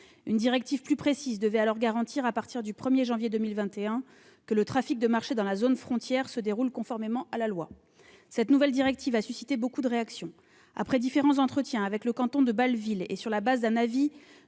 Une directive plus précise devait alors garantir, à partir du 1 janvier 2021, que le trafic de marché dans la zone frontière se déroule conformément à la loi. Cette nouvelle directive a suscité beaucoup de réactions. Après différents entretiens avec le canton de Bâle-Ville et sur le fondement d'un avis